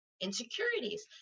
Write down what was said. insecurities